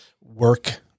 work